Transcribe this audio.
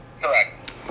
Correct